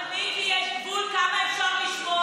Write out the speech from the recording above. אבל מיקי, יש גבול לכמה אפשר לשמוע.